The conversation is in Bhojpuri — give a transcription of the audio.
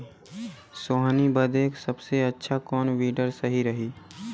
सोहनी बदे सबसे अच्छा कौन वीडर सही रही?